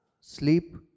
sleep